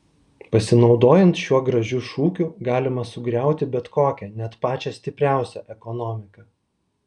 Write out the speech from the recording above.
pasinaudojant šiuo gražiu šūkiu galima sugriauti bet kokią net pačią stipriausią ekonomiką